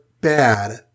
bad